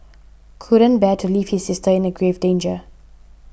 couldn't bear to leave his sister in a grave danger